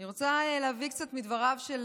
אני רוצה להביא קצת מדבריו של